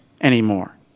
anymore